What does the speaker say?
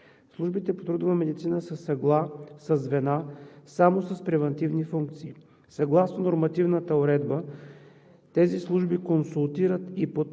Службите по трудова медицина са звена само с превантивни функции. Съгласно нормативната уредба тези служби консултират и подпомагат